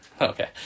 Okay